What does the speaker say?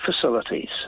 facilities